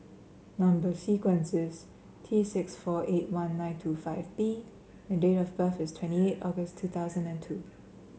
number sequence is T six four eight one nine two five B and date of birth is twenty eight August two thousand and two